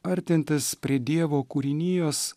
artintis prie dievo kūrinijos